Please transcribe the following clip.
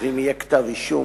ואם יהיה כתב אישום,